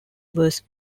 was